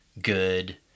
good